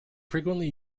frequently